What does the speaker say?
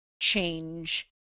change